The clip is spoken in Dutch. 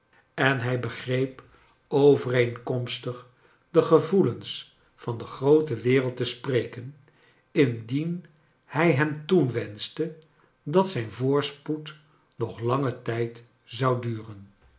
en hij begreep overeenkomstig de gevoelens van de groote wereld te spreken indien hij hem toewenschte dat zijn voorspoed nog langen tijd zou duren